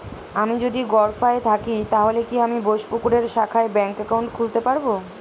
আমি যদি গরফায়ে থাকি তাহলে কি আমি বোসপুকুরের শাখায় ব্যঙ্ক একাউন্ট খুলতে পারবো?